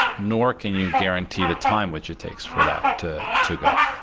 nor can you guarantee the time which it takes for that to to go.